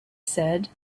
said